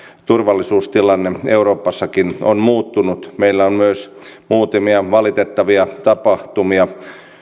turvallisuustilanne euroopassakin on muuttunut meillä on myös muutamia valitettavia tapahtumia